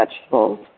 vegetables